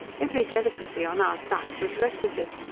every delicacy on our side was requisite.